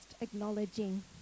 acknowledging